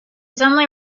suddenly